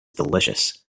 delicious